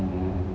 oh